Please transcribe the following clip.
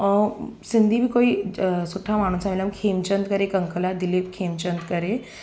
ऐं सिंधी बि कोई अ सुठा मां मिलियमि खेमचंद करे हिकु अंकल आहे दिलीप खेमचंद करे